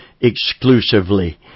exclusively